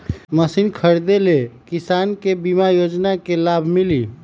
Machine खरीदे ले किसान के बीमा योजना के लाभ मिली?